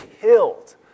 killed